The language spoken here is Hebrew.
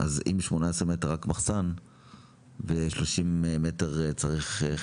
אז אם זה 18 מטרים רק מחסן ו-30 מטרים לחדר